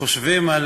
חושבים על